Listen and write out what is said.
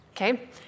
okay